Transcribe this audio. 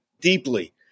deeply